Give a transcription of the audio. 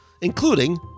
including